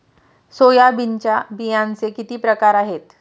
सोयाबीनच्या बियांचे किती प्रकार आहेत?